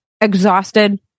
exhausted